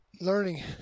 learning